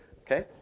Okay